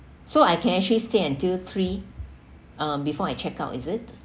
so I can actually stay until three uh before I check out is it